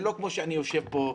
זה לא כמו שאני יושב פה.